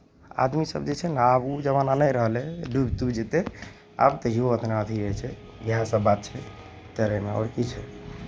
आदमीसभ जे छै ने आब ओ जमाना नहि रहलै डूबि तुबि जेतै आब तहियो अपना धीरे छै इएहसभ बात छै तैरयमे आओर की छै